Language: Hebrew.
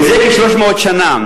מזה כ-300 שנה,